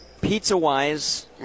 Pizza-wise